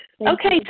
Okay